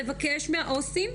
לבקש מהעו"סים.